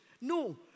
No